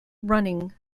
running